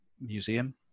museum